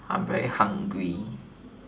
I'm very hungry